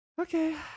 Okay